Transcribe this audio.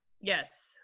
Yes